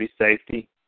safety